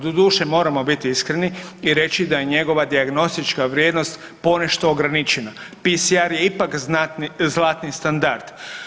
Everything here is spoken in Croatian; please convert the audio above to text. Doduše, moramo biti iskreni i reći da je njegova dijagnostička vrijednost ponešto ograničena, PCR je ipak zlatni standard.